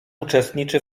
uczestniczy